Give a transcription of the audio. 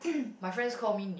my friends call me